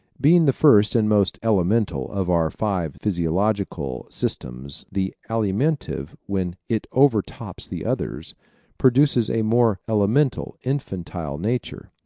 being the first and most elemental of our five physiological systems the alimentive when it overtops the others produces a more elemental, infantile nature.